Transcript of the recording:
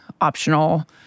optional